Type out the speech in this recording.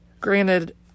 granted